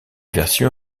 version